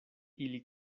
ili